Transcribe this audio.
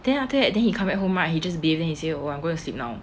then after that then he come at home right he just bath and said oh I'm going to sleep now